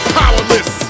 powerless